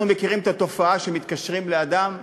אנחנו מכירים את התופעה שמתקשרים לאדם,